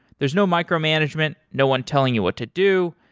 there's no micromanagement, no one telling you what to do.